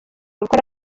gukora